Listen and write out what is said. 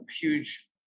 huge